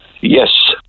Yes